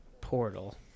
Portal